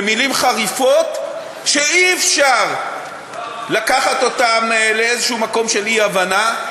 במילים חריפות שאי-אפשר לקחת אותן לאיזשהו מקום של אי-הבנה,